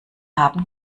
haben